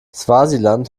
swasiland